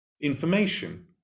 information